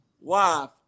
wife